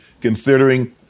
considering